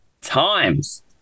times